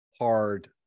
hard